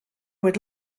would